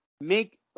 Make